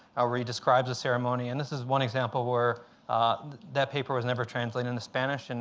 ah where he describes the ceremony. and this is one example where that paper was never translated into spanish. and